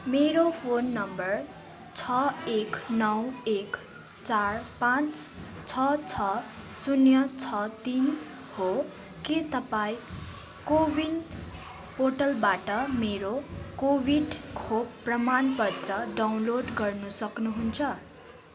मेरो phone number छ एक नौ एक चार पाँच छ छ शून्य छ तिन हो के तपाईँँ को विन पोर्टलबाट मेरो कोभिड खोप प्रमाणपत्र डाउनलोड गर्नु सक्नुहुन्छ